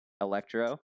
electro